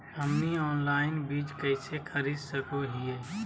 हमनी ऑनलाइन बीज कइसे खरीद सको हीयइ?